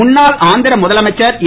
முன்னாள் ஆந்திர முதலமைச்சர் என்